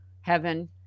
heaven